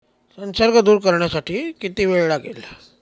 संसर्ग दूर करण्यासाठी किती वेळ लागेल?